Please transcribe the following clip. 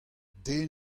den